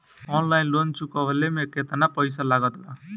Online loan चुकवले मे केतना पईसा लागत बा?